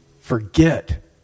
forget